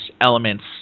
elements